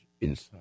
inside